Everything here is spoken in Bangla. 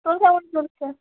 তোর কেমন চলছে